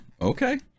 Okay